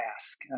ask